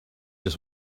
just